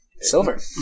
Silver